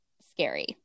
scary